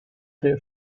their